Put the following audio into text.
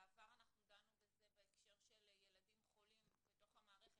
בעבר אנחנו דנו בזה בהקשר של ילדים חולים בתוך המערכת,